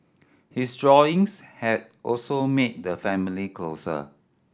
his drawings have also made the family closer